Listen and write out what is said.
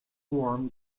worm